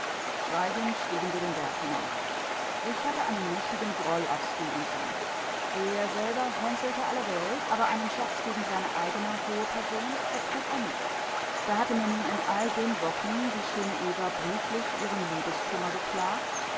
schweigend stiegen wir den berg hinauf ich hatte einen mächtigen groll auf stefenson er selber hänselte alle welt aber einen scherz gegen seine eigene hohe person vertrug er nicht da hatte mir nun in all den wochen die schöne eva brieflich ihren liebeskummer geklagt